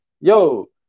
Yo